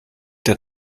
der